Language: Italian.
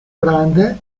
grande